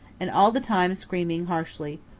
and all the time screaming harshly,